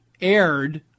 aired